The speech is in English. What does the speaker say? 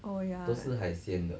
oh ya